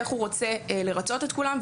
איך הוא רוצה לרצות את כולם,